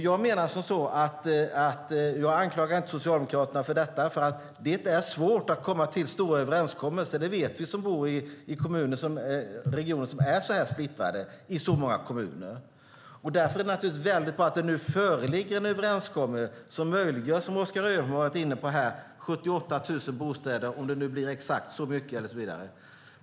Jag anklagar inte Socialdemokraterna för detta. Det är svårt att komma fram till stora överenskommelser - det vet vi som bor i regioner som är splittrade i många kommuner. Därför är det naturligtvis värdefullt att det nu föreligger en överenskommelse som möjliggör 78 000 bostäder, som Oskar Öholm var inne på, eller hur många det nu blir.